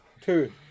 Two